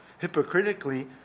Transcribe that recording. hypocritically